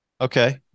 Okay